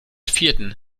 vierten